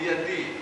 מיידי,